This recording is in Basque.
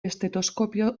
estetoskopio